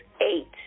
Eight